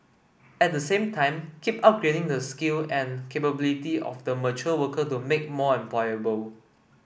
at the same time keep upgrading the skill and capability of the mature worker to make more employable